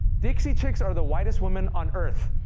dixie chicks are the whitest women on earth.